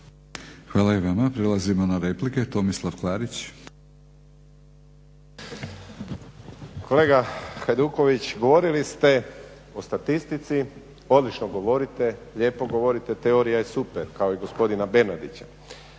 Hvala i vama. Prelazimo na replike. Tomislav Klarić. **Klarić, Tomislav (HDZ)** Kolega Hajduković, govorili ste o statistici, odlično govorite, lijepo govorite, teorija je super kao i gospodina Bernardića.